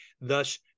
Thus